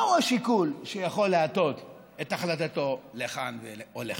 מהו השיקול שיכול להטות את החלטתו לכאן או לכאן?